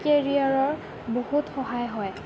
কেৰিয়াৰৰ বহুত সহায় হয়